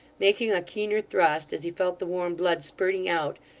making a keener thrust as he felt the warm blood spirting out,